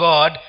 God